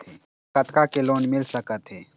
मोला कतका के लोन मिल सकत हे?